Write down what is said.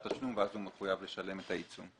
תשלום ואז הוא מחויב לשלם את העיצום.